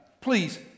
please